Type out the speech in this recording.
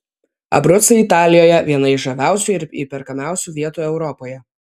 abrucai italijoje viena iš žaviausių ir įperkamiausių vietų europoje